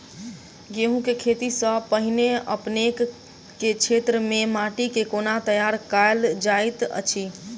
गेंहूँ केँ खेती सँ पहिने अपनेक केँ क्षेत्र मे माटि केँ कोना तैयार काल जाइत अछि?